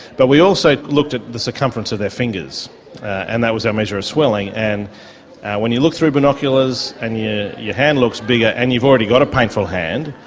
but we also looked at the circumference of their fingers and that was our measure of swelling and when you look through binoculars and yeah your hand looks bigger and you've already got a painful hand,